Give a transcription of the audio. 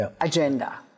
agenda